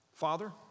Father